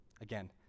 Again